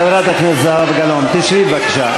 חברת הכנסת זהבה גלאון, שבי, בבקשה.